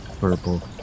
purple